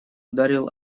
ударил